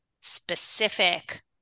specific